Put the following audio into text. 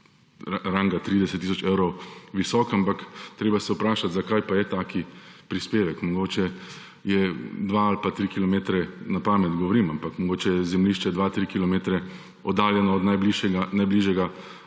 ranga 30 tisoč evrov visok, ampak treba se je vprašati, zakaj pa je tak prispevek. Mogoče je dva ali tri kilometre, na pamet govorim, ampak mogoče je zemljišče dva, tri kilometre oddaljeno od najbližjega